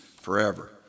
forever